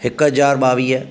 हिकु हजार ॿावीह